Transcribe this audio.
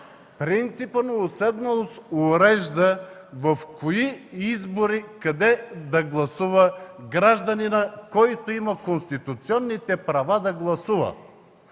принципа на уседналост, но той урежда в кои избори къде да гласува гражданинът, който има конституционните права да гласува,